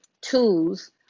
tools